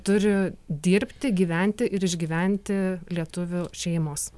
turi dirbti gyventi ir išgyventi lietuvių šeimos